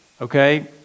Okay